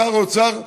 שר האוצר,